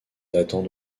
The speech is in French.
datant